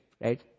right